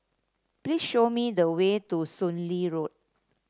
please show me the way to Soon Lee Road